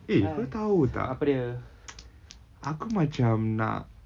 eh kau tahu tak aku macam nak